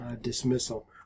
dismissal